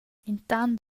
intant